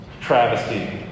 travesty